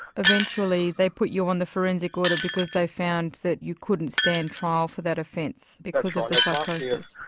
eventually they put you on the forensic order because they found that you couldn't stand trial for that offense because of the psychosis.